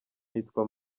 nitwa